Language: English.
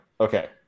Okay